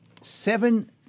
Seven